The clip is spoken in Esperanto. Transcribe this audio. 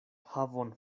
havon